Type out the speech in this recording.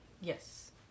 yes